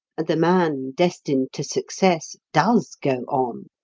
the man destined to success does go on.